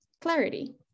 clarity